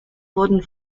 wurden